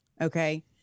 Okay